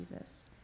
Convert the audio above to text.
Jesus